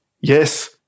yes